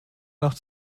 nach